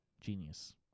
Genius